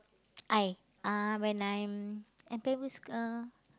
I uh when I in primary school uh